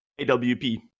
AWP